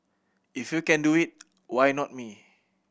if you can do it why not me